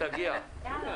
בשעה